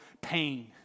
pain